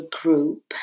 group